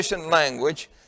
language